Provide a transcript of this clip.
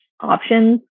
options